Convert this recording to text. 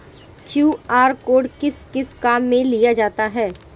QR code किस किस काम में लिया जाता है?